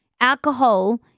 Alcohol